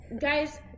guys